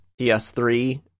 PS3